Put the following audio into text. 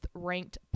ranked